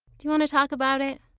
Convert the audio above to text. do you want to talk about it?